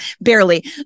barely